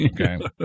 Okay